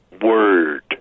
word